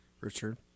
Richard